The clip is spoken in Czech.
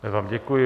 Já vám děkuji.